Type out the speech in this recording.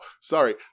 Sorry